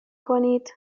کنید